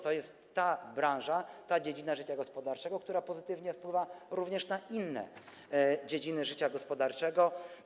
To jest ta branża, ta dziedzina życia gospodarczego, która pozytywnie wpływa również na inne dziedziny życia gospodarczego.